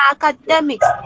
academics